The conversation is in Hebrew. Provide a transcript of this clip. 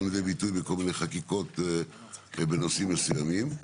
לידי ביטוי בכל מיני חקיקות ובנושאים מסוימים.